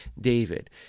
David